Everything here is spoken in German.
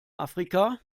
afrika